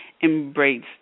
embrace